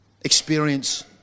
experience